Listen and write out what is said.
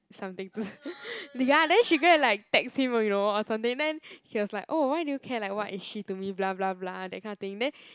something to ya then she go and like text him you know or something then he was like oh why do you care like what is she to me blah blah blah that kind of thing then